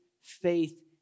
faith